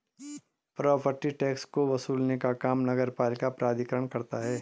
property tax को वसूलने का काम नगरपालिका प्राधिकरण करता है